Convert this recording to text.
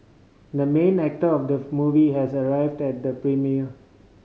the main actor of the movie has arrived at the premiere